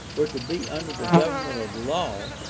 were to be under the government of law,